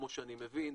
כמו שאני מבין.